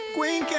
Queen